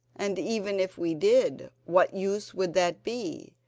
and even if we did, what use would that be?